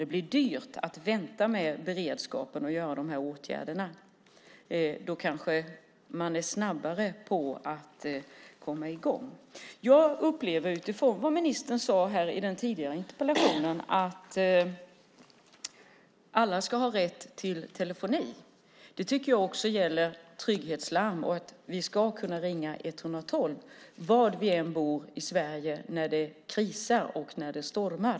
Det blir dyrt att vänta med beredskapen och att göra de här åtgärderna. Då kanske man är snabbare med att komma i gång. Jag upplever, utifrån vad ministern sade i den tidigare interpellationsdebatten, att alla ska ha rätt till telefoni. Det tycker jag också gäller trygghetslarm och att vi ska kunna ringa 112 var vi än bor i Sverige när det krisar och när det stormar.